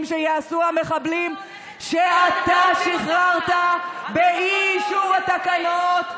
שיעשו המחבלים שאתה שחררת באי-אישור התקנות,